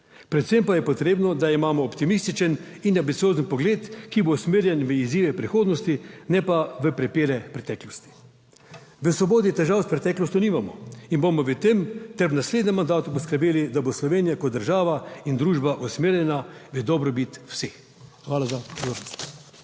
Predvsem pa je potrebno, da imamo optimističen in ambiciozen pogled, ki bo usmerjen v izzive prihodnosti, ne pa v prepire preteklosti. V Svobodi težav s preteklostjo nimamo in bomo v tem ter v naslednjem mandatu poskrbeli, da bo Slovenija kot država in družba usmerjena v dobrobit vseh. Hvala za